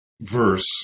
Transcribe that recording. verse